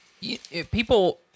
people